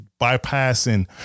bypassing